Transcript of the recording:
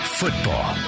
football